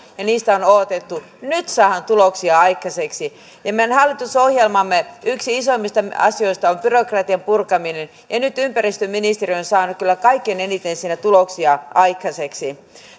ja joita on odotettu nyt saadaan tuloksia aikaiseksi meidän hallitusohjelmamme yksi isoimmista asioista on byrokratian purkaminen ja nyt ympäristöministeriö on saanut kyllä kaikkein eniten siinä tuloksia aikaiseksi